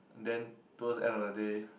and then towards end of the day